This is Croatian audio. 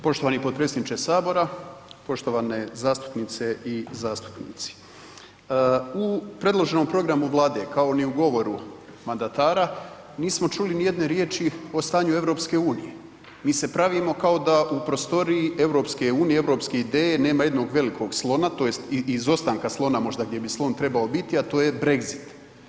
Poštovani potpredsjedniče sabora, poštovane zastupnice i zastupnici u predloženom programu Vlade kao ni u govoru mandatara nismo čuli ni jedne riječi o stanju EU, mi se pravimo kao da u prostoriji EU, europske ideje nema jednog velikog slona tj. izostanka slona možda gdje bi slon trebao biti, a to je Brexit.